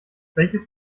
welches